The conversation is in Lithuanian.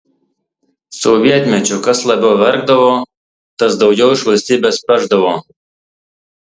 sovietmečiu kas labiau verkdavo tas daugiau iš valstybės pešdavo